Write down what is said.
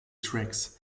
tracks